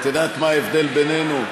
את יודעת מה ההבדל בינינו?